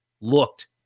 looked